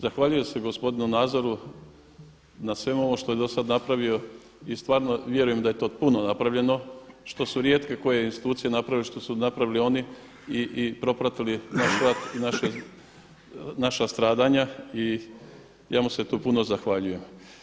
Zahvaljujem se gospodinu Nazoru na svemu onome što je dosad napravio i stvarno vjerujem da je to puno napravljeno, što su rijetko koje institucije napravile što su napravili ona i propratili naš rat i naša stradanja, i ja mu se tu puno zahvaljujem.